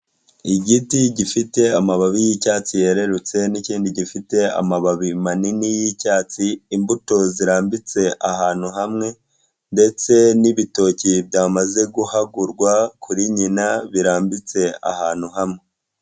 Igiti gifite amababi yi'cyatsi yererutse n'ikindi gifite amababi manini yi'icyatsi imbuto zirambitse ahantu hamwe ndetse n'ibitoki byamaze guhagurwa kuri nyina birambitse ahantu hamwe.